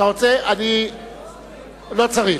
לא צריך.